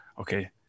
okay